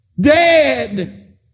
dead